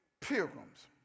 pilgrims